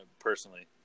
personally